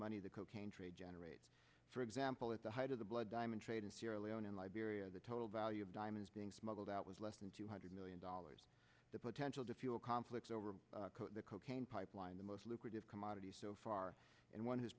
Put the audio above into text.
money the cocaine trade generates for example at the height of the blood diamond trade in early on in liberia the total value of diamonds being smuggled out was less than two hundred million dollars the potential to fuel conflict over the cocaine pipeline the most lucrative commodity so far and one